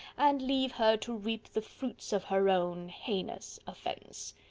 and leave her to reap the fruits of her own heinous offense.